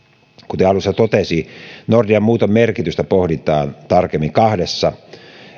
kuten alussa totesin nordean muuton merkitystä pohditaan tarkemmin kahdessa